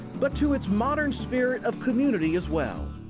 but to its modern spirit of community as well.